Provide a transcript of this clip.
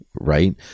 right